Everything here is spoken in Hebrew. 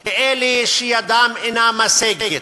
לאלה שידם אינה משגת.